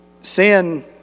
sin